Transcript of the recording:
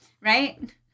Right